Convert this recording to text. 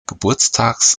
geburtstags